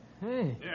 Hey